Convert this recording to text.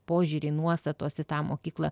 požiūriai nuostatos į tą mokyklą